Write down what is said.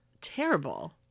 Terrible